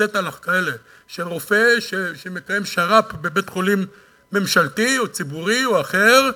"צעטלך" כאלה של רופא שמקיים שר"פ בבית-חולים ממשלתי או ציבורי או אחר,